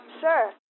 Sure